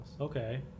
Okay